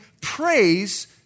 praise